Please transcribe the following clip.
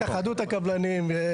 התאחדות הקבלנים.